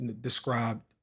described